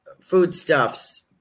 foodstuffs